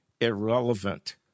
irrelevant